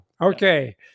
Okay